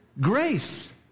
grace